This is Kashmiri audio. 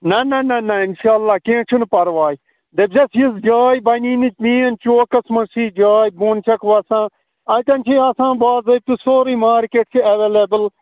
نہَ نہَ نہَ نہَ اِنشاء اللہ کیٚنٛہہ چھُنہٕ پَرواے دٔپزٮ۪س یِژھ جاے بَنی نہٕ مین چوکَس منٛز چھِ یہِ جاے بۄن چھکھ وَسان اَتٮ۪ن چھِ آسان باضٲبطہٕ سورُے مارکیٹ چھِ ایٚوَلیبُل